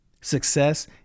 Success